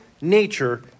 nature